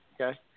Okay